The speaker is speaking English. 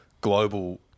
global